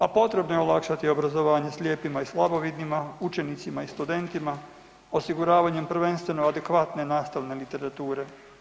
A potrebno je olakšati obrazovanje slijepima i slabovidnima, učenicima i studentima, osiguravanjem prvenstveno adekvatne nastavne literature.